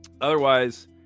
Otherwise